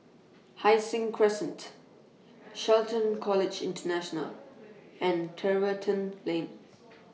Hai Sing Crescent Shelton College International and Tiverton Lane